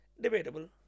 Debatable